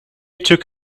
took